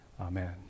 amen